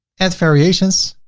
add variations.